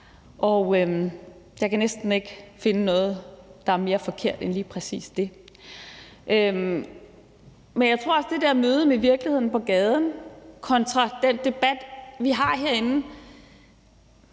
Jeg kan næsten ikke finde noget, der er mere forkert end lige præcis det. Men jeg tror, at det der møde med virkeligheden på gaden kontra den debat, vi har herinde,